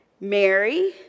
Mary